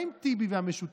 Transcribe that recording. מה עם טיבי ועם המשותפת?